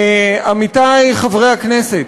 עמיתי חברי הכנסת,